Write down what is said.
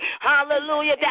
hallelujah